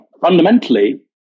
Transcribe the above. fundamentally